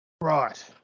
right